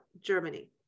Germany